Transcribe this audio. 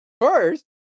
First